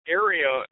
area